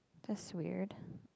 that's weird